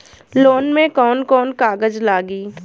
Loan में कौन कौन कागज लागी?